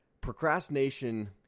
Procrastination